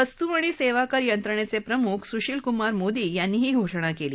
वस्तू आणि सेवाकर यंत्रणेचे प्रमुख सुशील कुमार मोदी यांनी ही घोषणा केली